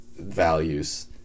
values